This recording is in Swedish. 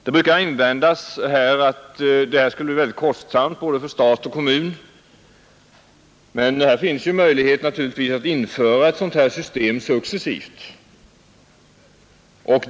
Det brukar invändas att detta skulle bli kostsamt för stat och kommun, men här finns naturligtvis möjligheten att införa ett sådant system successivt.